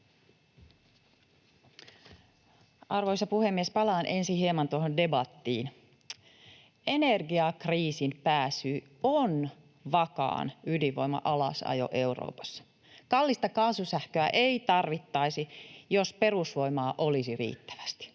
Arvoisa puhemies! Palaan ensin hieman tuohon debattiin. Energiakriisin pääsyy on vakaan ydinvoiman alasajo Euroopassa. Kallista kaasusähköä ei tarvittaisi, jos perusvoimaa olisi riittävästi.